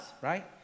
right